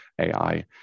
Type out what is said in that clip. AI